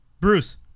bruce